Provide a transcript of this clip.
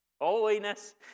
Holiness